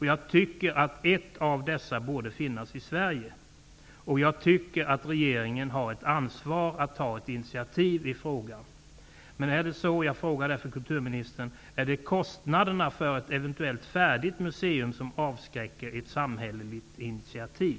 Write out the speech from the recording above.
Jag tycker att ett av dessa borde finnas i Sverige. Jag tycker att regeringen har ett ansvar att ta ett initiativ i frågan. Är det kostnaderna för ett eventuellt färdigt museum som avskräcker från ett samhälleligt initiativ?